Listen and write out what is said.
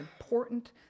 important